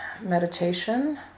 meditation